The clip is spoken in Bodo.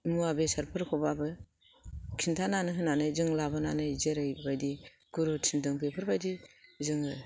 मुवा बेसादफोरखौ बाबो खिन्थानानै होनानै जों लाबोनानै जेरै बायदि गुरु थिनदों बेफोर बायदि जोङो